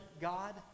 God